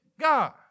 God